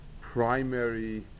primary